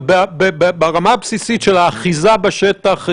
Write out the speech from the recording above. אבל ברמה הבסיסית של האחיזה בשטח,